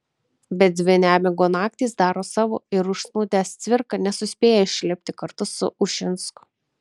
bet dvi nemigo naktys daro savo ir užsnūdęs cvirka nesuspėja išlipti kartu su ušinsku